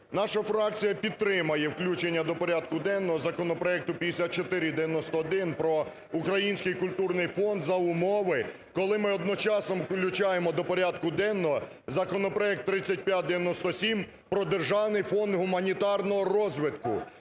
наша фракція підтримає включення до порядку денного законопроект 5491 про Український культурний фонд за умови, коли ми одночасно включаємо до порядку денного законопроект 3597 про Державний фонд гуманітарного розвитку.